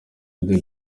the